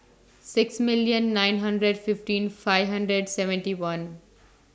six million nine hundred fifteen five hundred seventy one